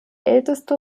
älteste